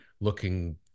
looking